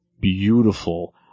beautiful